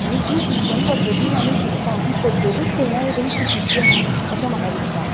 आनी जी शिक्षण पद्दतीन आमी शिकतात ती पद्दतूच खंय ना खंय तरी चुकीची आहा अशें म्हाका दिसता